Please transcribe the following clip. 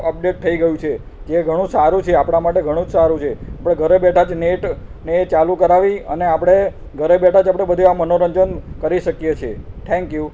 update થઈ ગયું છે જે ઘણું સારું છે આપણાં માટે ઘણું જ સારું છે આપણે ઘરે બેઠાં જ નેટને ચાલું કરાવી અને આપણે ઘરે બેઠાં જ આપણે બધી આ મનોરંજન કરી શકીએ છે ઠેન્ક યુ